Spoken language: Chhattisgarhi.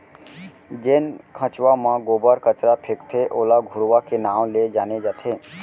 जेन खंचवा म गोबर कचरा फेकथे ओला घुरूवा के नांव ले जाने जाथे